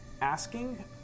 asking